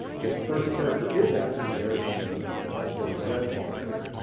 if the first character is ascii there, in the in the sort of red bar there,